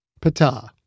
Pata